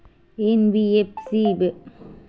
NBFC व्यवसाय मा ऋण मिल सकत हे